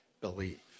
believe